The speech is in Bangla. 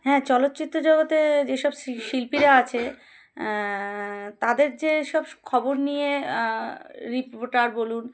হ্যাঁ চলচ্চিত্র জগতে যেসব শিল্পীরা আছে তাদের যেসব খবর নিয়ে রিপোর্টার বলুন